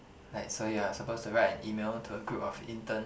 like so you're supposed to write an E-mail to a group of intern